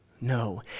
no